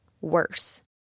worse